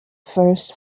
first